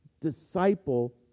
disciple